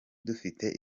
dufite